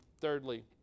Thirdly